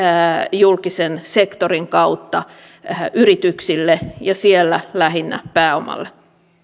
julkisen sektorin kautta yrityksille ja siellä lähinnä pääomalle